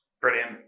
brilliant